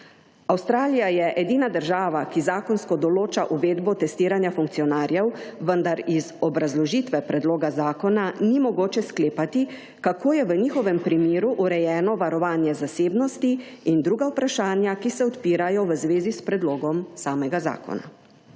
Avstralija je edina država, ki zakonsko določa uvedbo testiranja funkcionarjev, vendar iz obrazložitve predloga zakona ni mogoče sklepati, kako je v njihovem primeru urejeno varovanje zasebnosti in druga vprašanja, ki se odpirajo v zvezi s predlogom zakona.